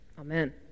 amen